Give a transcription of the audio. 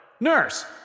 Nurse